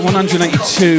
182